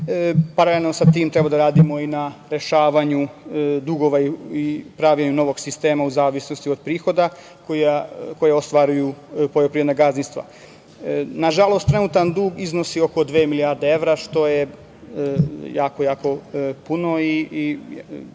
Paralelno sa tim treba da radimo i na rešavanju dugova i pravljenju novog sistema u zavisnosti od prihoda koje ostvaruju poljoprivredna gazdinstva. Nažalost, trenutak dug iznosi oko dve milijarde evra što je jako puno i